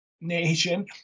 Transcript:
Nation